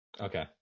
Okay